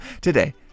today